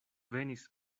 venis